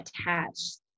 attached